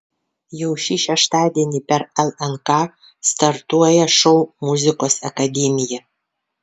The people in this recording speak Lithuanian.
jau šį šeštadienį per lnk startuoja šou muzikos akademija